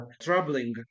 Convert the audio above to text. troubling